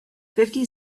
fifty